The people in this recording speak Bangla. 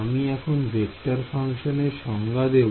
আমি এখন ভেক্টর ফাংশন এর সংজ্ঞা দেব